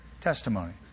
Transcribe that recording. testimony